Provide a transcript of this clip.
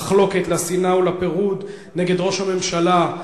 למחלוקת ולשנאה ולפירוד נגד ראש הממשלה,